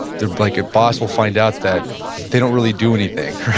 their like ah boss will find out that they don't really do anything.